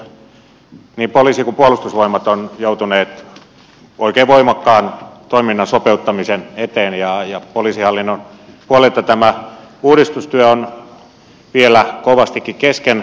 niin poliisi kuin puolustusvoimat ovat joutuneet oikein voimakkaan toiminnan sopeuttamisen eteen ja poliisihallinnon puolella tämä uudistustyö on vielä kovastikin kesken